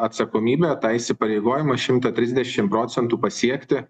atsakomybę tą įsipareigojimą šimtą trisdešimt procentų pasiekti